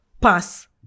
pass